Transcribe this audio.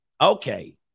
Okay